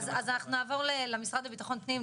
אז אנחנו נעבור למשרד לביטחון פנים,